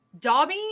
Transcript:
Dobby